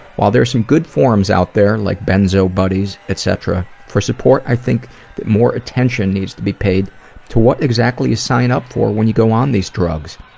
while there's some good forums out there like benzobuddies, et cetera, for support, i think that more attention needs to be paid to what exactly you sign up for when you go on these drugs.